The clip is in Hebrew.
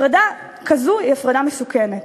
הפרדה כזאת היא הפרדה מסוכנת.